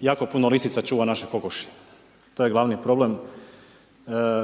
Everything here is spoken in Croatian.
jako puno lisica čuva naše kokoši, to je glavni problem,